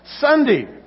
Sunday